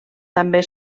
també